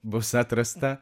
bus atrasta